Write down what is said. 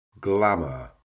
glamour